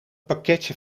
pakketje